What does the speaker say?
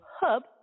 hub